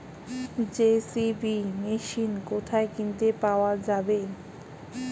JCB machine কোথায় কিনতে পাওয়া যাবে?